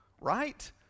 right